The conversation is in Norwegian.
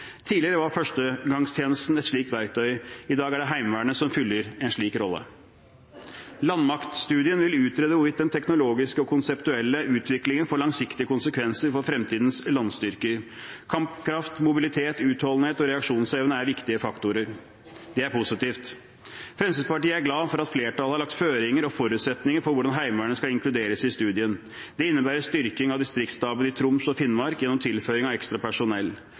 Tidligere var førstegangstjenesten et slikt verktøy. I dag er det Heimevernet som fyller en slik rolle. Landmaktstudien vil utrede hvorvidt den teknologiske og konseptuelle utviklingen får langsiktige konsekvenser for fremtidens landstyrker. Kampkraft, mobilitet, utholdenhet og reaksjonsevne er viktige faktorer. Det er positivt. Fremskrittspartiet er glad for at flertallet har lagt føringer og forutsetninger for hvordan Heimevernet skal inkluderes i studien. Det innebærer styrking av distriktsstaber i Troms og Finnmark gjennom tilføring av ekstra personell.